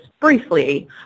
briefly